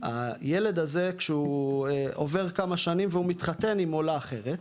הילד הזה כשהוא עובר כמה שנים והוא מתחתן עם עולה אחרת,